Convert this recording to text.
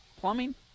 plumbing